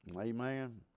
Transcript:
Amen